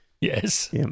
Yes